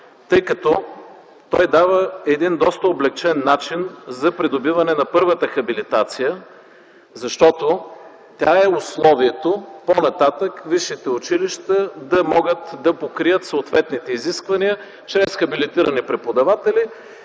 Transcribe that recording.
тъй като той дава един доста облекчен начин за придобиване на първата хабилитация, защото тя е условието по-нататък висшите училища да могат да покрият съответните изисквания чрез хабилитирани преподаватели